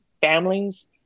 families